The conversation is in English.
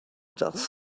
does